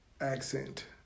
accent